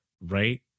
right